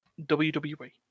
WWE